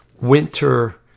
winter